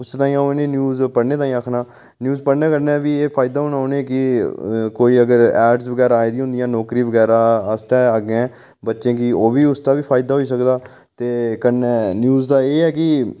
उस ताईं अ'ऊं उ'नें ई न्यूज पढ़ने ताईं आखना न्यूज पढ़ने कन्नै बी उ'नें एह् फायदा होना कि कोई अगर ऐड बगैरा आई दियां होंदियां नौकरी बगैरा आस्तै बच्चें गी ओह् बी उस दा फायदा होई सकदा ते कन्नै न्यूज दा एह् ऐ की